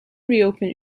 reopened